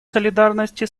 солидарности